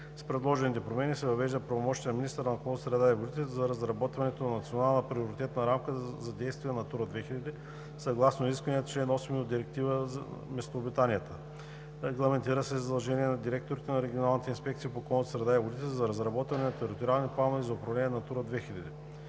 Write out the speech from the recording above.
С предложените промени се въвежда правомощие на министъра на околната среда и водите за разработването на Национална приоритетна рамка за действие за „Натура 2000“ съгласно изискванията на чл. 8 от Директивата за местообитанията. Регламентира се задължение на директорите на регионалните инспекции по околната среда и водите за разработване на териториални планове за управление на „Натура 2000“.